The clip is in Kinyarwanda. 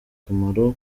akamaro